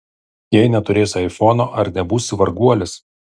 jei neturėsi aifono ar nebūsi varguolis